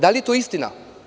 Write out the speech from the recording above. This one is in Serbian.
Da li je to istina?